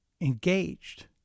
engaged